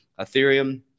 Ethereum